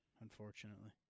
Unfortunately